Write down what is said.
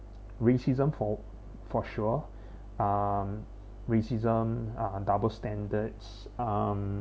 racism for for sure um racism uh double standards um